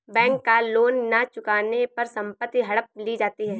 bank का loan न चुकाने पर संपत्ति हड़प ली जाती है